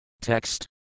Text